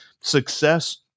success